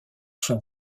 son